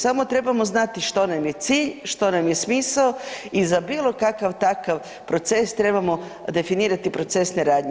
Samo trebamo znati što nam je cilj, što nam je smisao i za bilo kakav takav proces trebamo definirati procesne radnje.